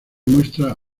muestra